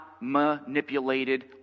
manipulated